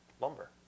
lumber